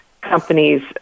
Companies